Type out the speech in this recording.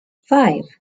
five